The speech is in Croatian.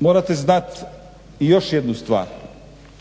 morate znat i još jednu stvar,